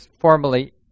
formally